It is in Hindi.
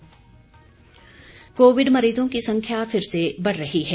कोविड संदेश कोविड मरीजों की संख्या फिर से बढ़ रही है